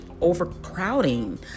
overcrowding